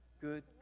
good